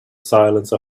silence